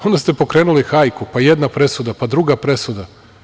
Onda ste pokrenuli hajku, pa jedna presuda, pa druga presuda.